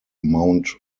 mount